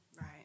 Right